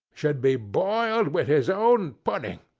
should be boiled with his own pudding,